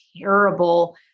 terrible